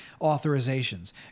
authorizations